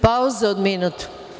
Pauza od minut.